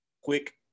quick